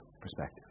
perspective